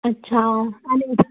अच्छा आणि